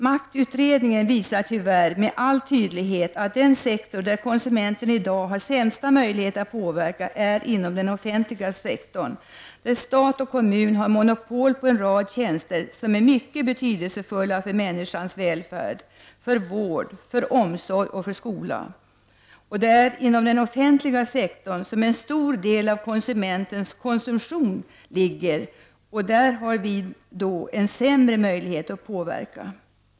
Maktutredningen visar tyvärr med all tydlighet att den sektor där konsumenten i dag har den sämsta möjligheten att påverka är den offent liga sektorn, där stat och kommun har monopol på en rad tjänster som är mycket betydelsefulla för människans välfärd och för vård, omsorg och skola. Inom den offentliga sektorn finns en stor del av konsumenternas konsumtion, och där har de en sämre möjlighet att påverka.